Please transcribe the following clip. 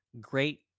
great